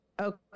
okay